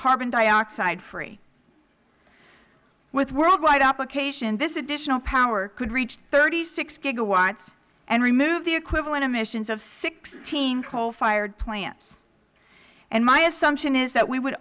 carbon dioxide free with worldwide application this additional power could reach thirty six gigawatts and remove the equivalent emissions of sixteen coal fired plants and my assumption is that we would